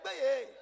hey